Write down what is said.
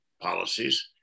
policies